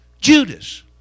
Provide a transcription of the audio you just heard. Judas